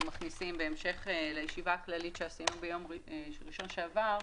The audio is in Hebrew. מכניסים בהמשך לישיבה הכללית שעשינו ביום ראשון שעבר.